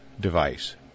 device